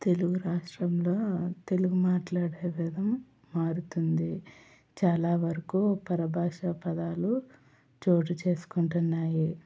తెలుగు రాష్ట్రంలో తెలుగు మాట్లాడే విధం మారుతుంది చాలా వరకు పరభాష పదాలు చోటు చేసుకుంటున్నాయి